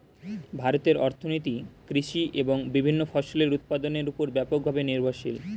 ভারতের অর্থনীতি কৃষি এবং বিভিন্ন ফসলের উৎপাদনের উপর ব্যাপকভাবে নির্ভরশীল